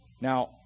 Now